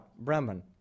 Brahman